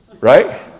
right